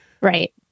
Right